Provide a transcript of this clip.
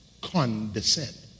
condescend